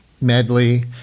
medley